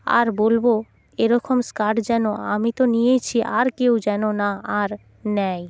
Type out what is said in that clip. আর বলব এরকম স্কার্ট যেন আমি তো নিয়েইছি আর কেউ যেন না আর নেয়